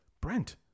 Brent